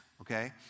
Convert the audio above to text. okay